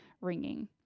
ringing